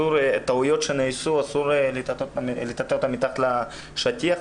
טעויות שנעשו אסור לטאטא אותן מתחת לשטיח.